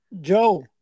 Joe